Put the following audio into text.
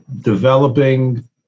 developing